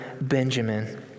Benjamin